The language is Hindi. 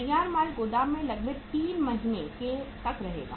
तैयार माल गोदाम में लगभग 3 महीने तक रहेगा